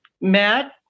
Matt